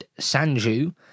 Sanju